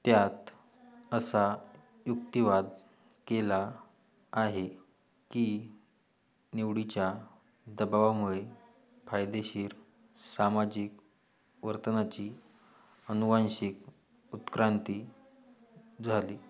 त्यात असा युक्तिवाद केला आहे की निवडीच्या दबावामुळे फायदेशीर सामाजिक वर्तनाची अनुवाांशिक उत्क्रांती झाली